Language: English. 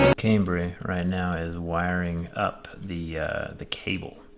cambry right now is wiring up the the cable.